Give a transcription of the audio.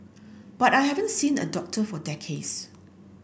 but I haven't seen a doctor for decades